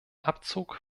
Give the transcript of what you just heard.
abzug